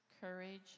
courage